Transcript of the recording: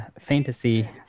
fantasy